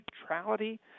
neutrality